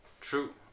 True